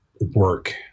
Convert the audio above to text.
work